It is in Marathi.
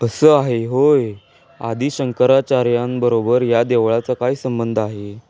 असं आहे होय आदि शंकराचार्यांबरोबर या देवळाचं काय संबंध आहे